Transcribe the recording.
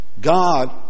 God